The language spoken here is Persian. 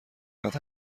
قدر